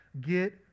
Get